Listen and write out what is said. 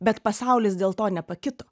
bet pasaulis dėl to nepakito